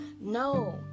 no